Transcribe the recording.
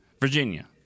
Virginia